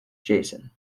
jason